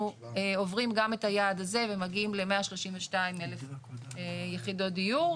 עוברים גם את היעד הזה ומגיעים ל-132,000 יחידות דיור.